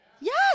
Yes